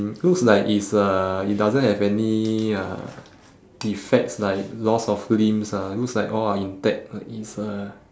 looks like it's a it doesn't have any uh defects like loss of limbs ah looks like all are intact like it's uh